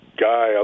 guy